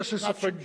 יש לי ספק בזה.